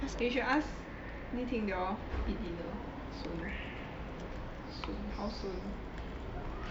you should ask yi ting they all eat dinner soon soon how soon